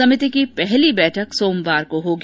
समिति की पहली बैठक सोमवार को होगी